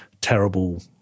terrible